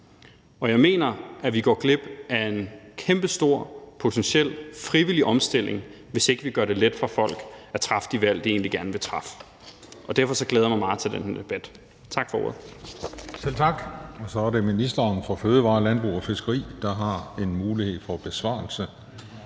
Og jeg mener, at vi går glip af en kæmpestor potentiel frivillig omstilling, hvis ikke vi gør det let for folk at træffe de valg, de egentlig gerne vil træffe. Derfor glæder jeg mig meget til den her debat. Tak for ordet. Kl. 13:23 Den fg. formand (Christian Juhl): Selv tak. Så er det ministeren for fødevarer, landbrug og fiskeri, der har mulighed for en besvarelse.